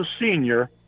senior